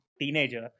teenager